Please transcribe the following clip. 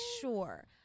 sure